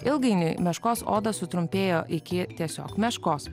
ilgainiui meškos oda sutrumpėjo iki tiesiog meškos